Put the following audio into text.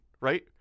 right